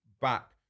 back